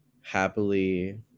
happily